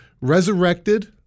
resurrected